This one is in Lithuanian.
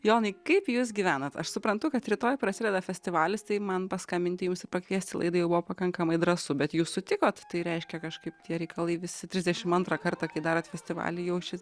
jonai kaip jūs gyvenat aš suprantu kad rytoj prasideda festivalis tai man paskambinti jums ir pakviest į laida jau buvo pakankamai drąsu bet jūs sutikot tai reiškia kažkaip tie reikalai visi trisdešim antrą kartą kai darot festivalį jau šis